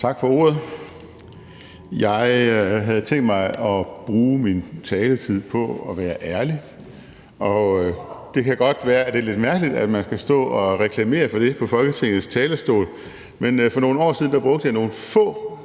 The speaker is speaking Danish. Tak for ordet. Jeg havde tænkt mig at bruge min taletid på at være ærlig, og det kan godt være, at det er lidt mærkeligt, at man skal stå og reklamere for det fra Folketingets talerstol, men for nogle år siden brugte jeg nogle få